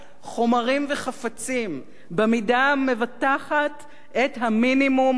וחפצים במידה המבטחת את המינימום הנזכר".